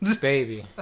Baby